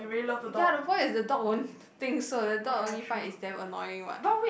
ya the point is the dog won't think so the dog only find it's damn annoying what